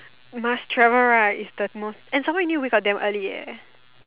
must travel right is the most and some more you need to wake up damn early eh